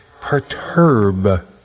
perturb